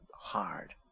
hard